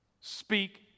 speak